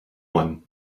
one